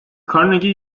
carnegie